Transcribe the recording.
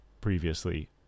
previously